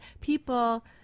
people